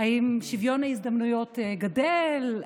האם שוויון ההזדמנויות גדל?